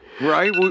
Right